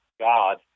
God